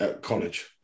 college